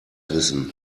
wissen